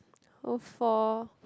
oh four